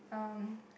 um